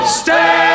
stay